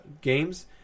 games